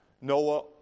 Noah